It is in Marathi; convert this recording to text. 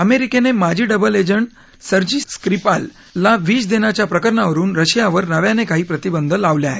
अमेरिकेने माजी डबल एजंट सर्जी स्क्रीपाल ला विष देण्याच्या प्रकरणावरुन रशियावर नव्याने काही प्रतिबंध लावले आहेत